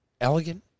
elegant